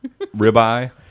Ribeye